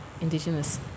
indigenous